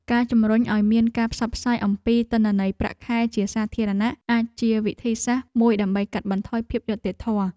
ការជំរុញឱ្យមានការផ្សព្វផ្សាយអំពីទិន្នន័យប្រាក់ខែជាសាធារណៈអាចជាវិធីសាស្ត្រមួយដើម្បីកាត់បន្ថយភាពអយុត្តិធម៌។